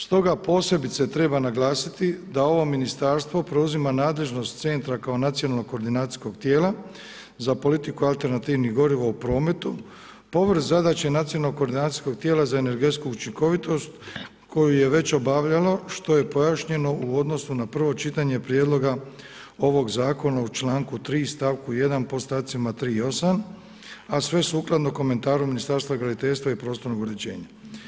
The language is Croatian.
Stoga posebice treba naglasiti da ovo ministarstvo preuzima nadležnost centra kao nacionalnog koordinacijskog tijela za politiku alternativnih goriva u prometu povrh zadaće nacionalnog koordinacijskog tijela za energetsku učinkovitost koji je već obavljalo što je pojašnjeno u odnosu na prvo čitanje prijedloga ovog zakona u članku 3. stavku 1. podstavcima 3. i 8., a sve sukladno komentaru Ministarstva graditeljstva i prostornog uređenja.